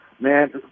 man